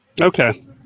Okay